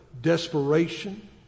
desperation